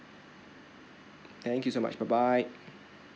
thank you so much bye bye